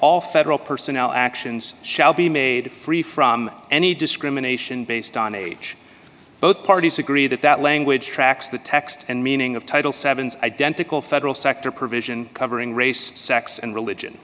all federal personnel actions shall be made free from any discrimination based on age both parties agree that that language tracks the text and meaning of title sevens identical federal sector provision covering race sex and religion